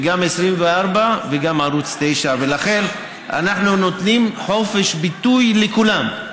וגם 24 וגם ערוץ 9. אנחנו נותנים חופש ביטוי לכולם,